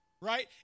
right